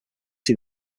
see